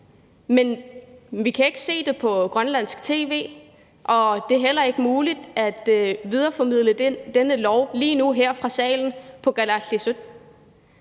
men vi kan ikke se det på grønlandsk tv, og det er heller ikke muligt at videreformidle denne lov lige nu her fra salen på kalaallisut.